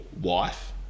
wife